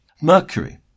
Mercury